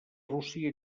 rússia